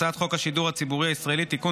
הצעת חוק השידור הציבורי הישראלי (תיקון,